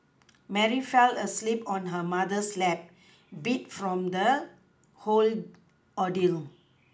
Mary fell asleep on her mother's lap beat from the whole ordeal